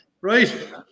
Right